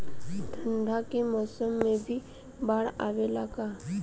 ठंडा के मौसम में भी बाढ़ आवेला का?